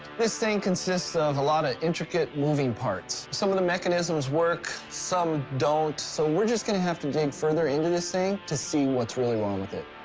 this thing consists of a lot of intricate moving parts. some of the mechanisms work, some don't, so we're just gonna have to dig further into this thing to see what's really wrong with it.